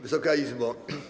Wysoka Izbo!